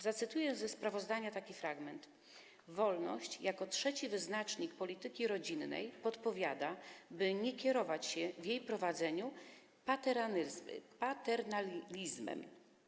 Zacytuję ze sprawozdania taki fragment: Wolność jako trzeci wyznacznik polityki rodzinnej podpowiada, by nie kierować się w jej prowadzeniu paternalizmem.